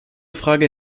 frage